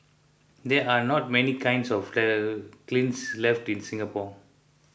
there are not many kinds of the kilns left in Singapore